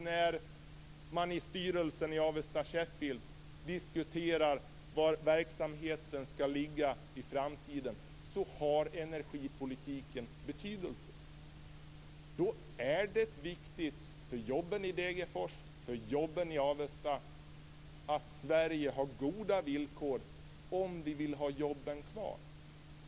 När man i styrelsen för Avesta Sheffield diskuterar var verksamheten skall ligga i framtiden har energipolitiken betydelse. Då är det viktigt för jobben i Degerfors och Avesta att Sverige har goda villkor om vi vill har jobben kvar.